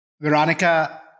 Veronica